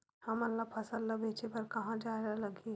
हमन ला फसल ला बेचे बर कहां जाये ला लगही?